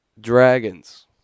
Dragons